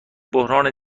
بحران